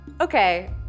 Okay